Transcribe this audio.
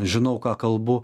žinau ką kalbu